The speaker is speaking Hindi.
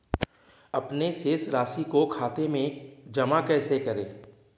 अपने शेष राशि को खाते में जमा कैसे करें?